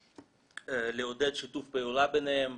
לעודד שיתוף פעולה ביניהם,